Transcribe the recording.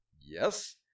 Yes